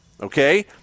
okay